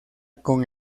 con